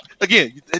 again